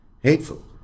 Hateful